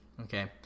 Okay